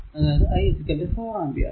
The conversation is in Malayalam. അതായതു i 4 ആംപിയർ